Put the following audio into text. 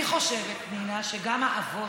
אני חושבת, פנינה, שגם האבות,